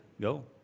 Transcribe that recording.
go